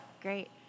Great